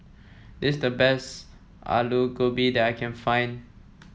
this is the best Alu Gobi that I can find